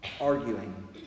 arguing